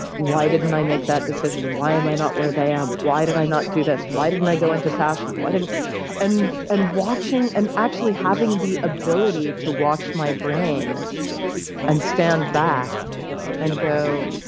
why didn't i make that decision? why am i not where they are? why did i not do this? why didn't i go into fashion? why didn't and and watching and actually having the ability to watch my brain and stand back and go,